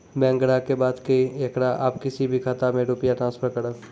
Bank ग्राहक के बात की येकरा आप किसी भी खाता मे रुपिया ट्रांसफर करबऽ?